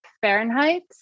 Fahrenheit